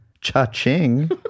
Cha-ching